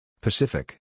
Pacific